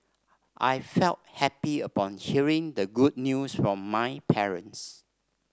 I felt happy upon hearing the good news from my parents